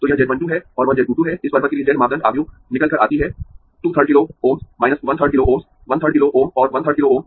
तो यह z 1 2 है और वह z 2 2 है इस परिपथ के लिए z मापदंड आव्यूह निकल कर आती है 2 3rd kilo Ω s 1 3rd kilo Ω s 1 3rd kilo Ω और 1 3rd किलो Ω